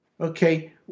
Okay